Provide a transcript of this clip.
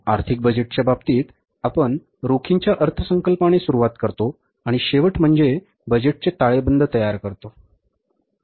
आर्थिक बजेटच्या बाबतीत आपण रोखीच्या अर्थसंकल्पाने सुरुवात करतो आणि शेवट म्हणजे बजेटचे ताळेबंद तयार करतो बरोबर